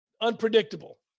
unpredictable